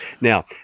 Now